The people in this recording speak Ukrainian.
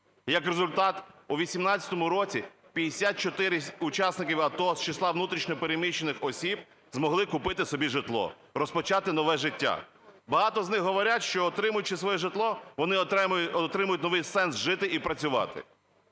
Як результат, у 18-му році 54 учасники АТО з числа внутрішньо переміщених осіб змогли купити собі житло, розпочати нове життя. Багато з них говорять, що, отримавши своє житло, вони отримали новий сенс жити і працювати.